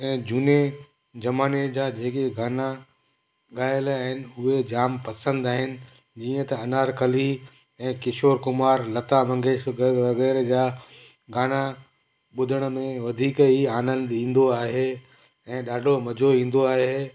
ऐं झूने ज़माने जा जेके गाना ॻायल आहिनि उहे जाम पसंदि आहिनि जीअं त अनारकली ऐं किशोर कुमार लता मंगेश्गर वग़ैरह जा गाना ॿुधण में वधीक ई आनंदु ईंदो आहे ऐं ॾाढो मज़ो ईंदो आहे